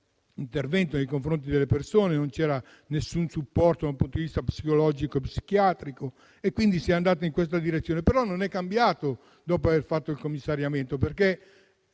dell'intervento nei confronti delle persone (non c'era nessun supporto dal punto di vista psicologico e psichiatrico). Quindi si è andati in questa direzione. Però non è cambiato nulla dopo aver fatto il commissariamento.